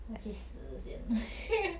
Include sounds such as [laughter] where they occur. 我去死先 [laughs]